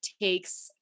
takes